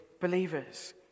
believers